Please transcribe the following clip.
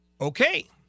Okay